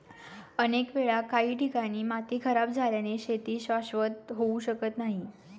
अनेक वेळा काही ठिकाणी माती खराब झाल्याने शेती शाश्वत होऊ शकत नाही